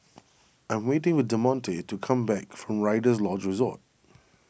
I'm waiting the Demonte to come back from Rider's Lodge Resort